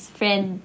friend